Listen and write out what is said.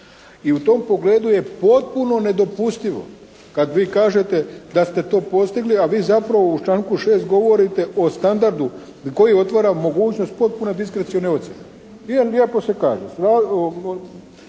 I u tom pogledu je potpuno nedopustivo kad vi kažete da ste to postigli a vi zapravo u članku 6. govorite o standardu koji otvara mogućnost potpune diskrecione ocjene. I lijepo se kaže